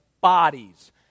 bodies